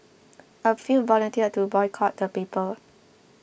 a few volunteered to boycott the paper